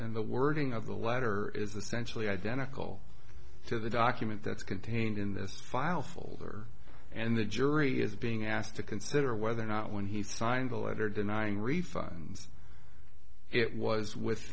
and the wording of the letter is essential identical to the document that's contained in this file folder and the jury is being asked to consider whether or not when he signed a letter denying refunds it was with